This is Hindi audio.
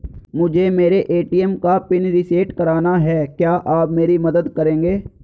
मुझे मेरे ए.टी.एम का पिन रीसेट कराना है क्या आप मेरी मदद करेंगे?